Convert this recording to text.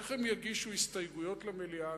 איך הם יגישו הסתייגויות למליאה?